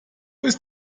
ist